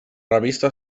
revista